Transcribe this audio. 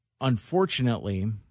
unfortunately